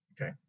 okay